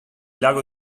lago